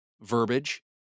verbiage